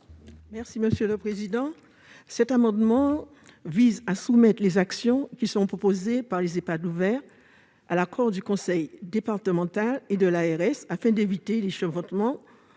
Mme Victoire Jasmin. Cet amendement vise à soumettre les actions qui seront proposées par les Ehpad « ouverts » à l'accord du conseil départemental et de l'ARS, afin d'éviter les chevauchements